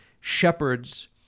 Shepherds